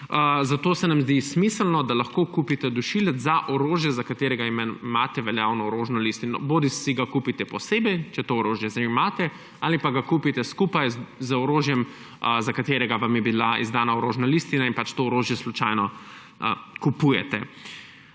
zato se nam zdi smiselno, da lahko kupite dušilec za orožje, za katerega imate veljavno orožno listino, bodisi ga kupite posebej, če to orožje sedaj imate, ali pa ga kupite skupaj z orožjem, za katerega vam je bila izdana orožna listina in to orožje slučajno kupujete.